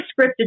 scripted